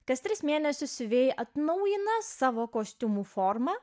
kas tris mėnesius siuvėjai atnaujina savo kostiumų formą